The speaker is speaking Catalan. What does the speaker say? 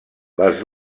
les